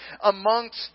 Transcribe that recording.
amongst